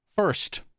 First